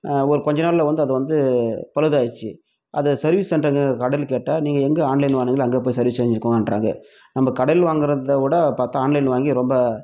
ஒரு கொஞ்ச நாள்ல வந்து அது வந்து பழுதாயிடுச்சு அதை சர்வீஸ் சென்டர்ங்கள் கடையில் கேட்டால் நீங்கள் எங்கள் ஆன்லைன்ல வாங்குனீங்களோ அங்கே போய் சர்வீஸ் செஞ்சுக்கோங்கன்றாங்கள் நம்ம கடையில் வாங்கிறதவிட பார்த்தா ஆன்லைன்ல வாங்கி ரொம்ப